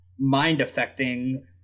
mind-affecting